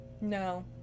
No